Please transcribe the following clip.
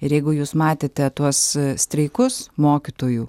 ir jeigu jūs matėte tuos streikus mokytojų